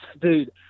dude